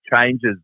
changes